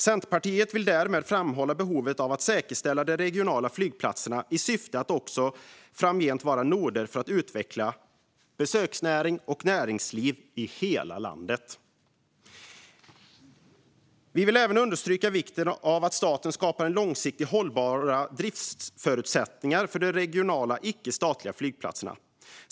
Centerpartiet vill därmed framhålla behovet av att säkerställa de regionala flygplatserna så att de också framgent kan vara noder i arbetet med att utveckla besöksnäring och näringsliv i hela landet. Vi vill även understryka vikten av att staten skapar långsiktigt hållbara driftsförutsättningar för de regionala icke-statliga flygplatserna.